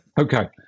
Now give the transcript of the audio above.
okay